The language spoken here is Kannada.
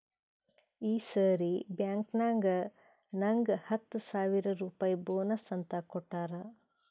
ಈ ಸರಿ ಬ್ಯಾಂಕ್ನಾಗ್ ನಂಗ್ ಹತ್ತ ಸಾವಿರ್ ರುಪಾಯಿ ಬೋನಸ್ ಅಂತ್ ಕೊಟ್ಟಾರ್